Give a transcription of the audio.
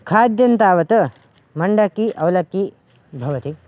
खाद्यन् तावत् मण्डक्की अवलक्की भवति